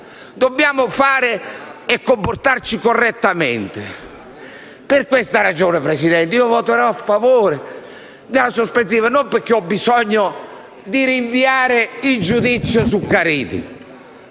Dobbiamo fare e comportarci correttamente. Per questa ragione, signor Presidente, io voterò a favore della sospensiva, non perché ho bisogno di rinviare il giudizio su Caridi,